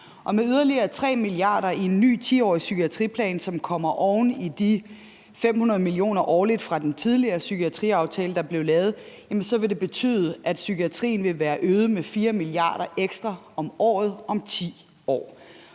år. Med yderligere 3 mia. kr. i en ny 10-årig psykiatriplan, som kommer oven i de 500 mio. kr. årligt fra den tidligere psykiatriaftale, vil det betyde, at psykiatrien vil være løftet med 4 mia. kr. ekstra om året om 10 år.